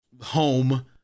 home